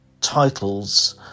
titles